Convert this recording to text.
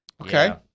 Okay